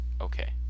okay